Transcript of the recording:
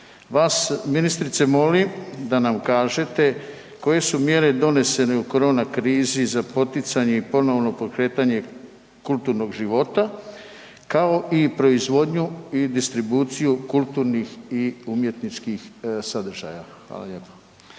Vas ministrice molim da nam kažete koje su mjere donesene u korona krizi za poticanje i ponovno pokretanje kulturnog života kao i proizvodnju i distribuciju i kulturnih i umjetničkih sadržaja? Hvala lijepa.